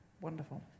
Wonderful